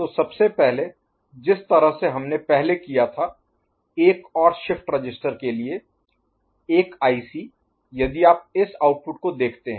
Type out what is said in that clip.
तो सबसे पहले जिस तरह से हमने पहले किया था एक और शिफ्ट रजिस्टर के लिए एक आईसी यदि आप इस आउटपुट को देखते हैं